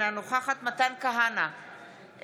אינה נוכחת מתן כהנא,